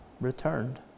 returned